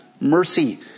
mercy